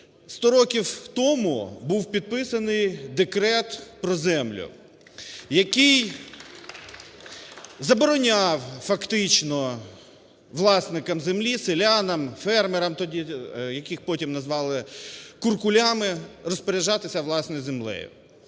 Сто років тому був підписаний Декрет про землю, який забороняв фактично власникам землі, селянам, фермерам тоді, яких потім назвали куркулями, розпоряджатися власної землею.